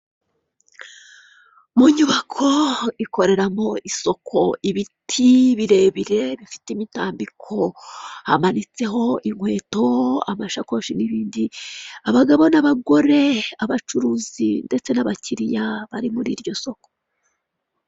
Mu nyubako ikoreramo isoko, ibiti birebire bifite imitambiko, hamanitseho inkweto, amashakoshi, n'ibindi, abagabo n'abagore, ndetse n'amakiriya bari muri iryo soko.